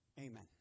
Amen